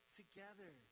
together